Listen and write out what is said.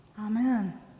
amen